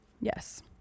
Yes